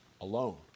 alone